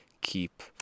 keep